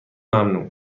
ممنوع